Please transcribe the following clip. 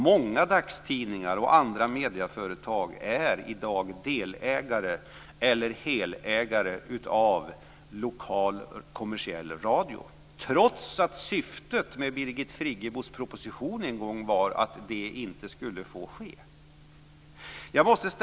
Många dagstidningar och andra medieföretag är i dag delägare eller helägare av lokal kommersiell radio, trots att syftet med Birgit Friggebos proposition en gång var att detta inte skulle få ske.